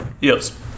Yes